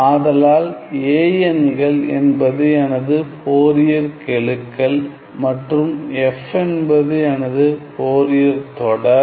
ஆதலால் a n கள் என்பது எனது ஃபோரியர் கெழுக்கள் மற்றும் F என்பது எனது ஃபோரியர் தொடர்